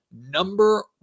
number